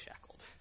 shackled